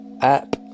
app